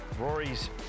Rory's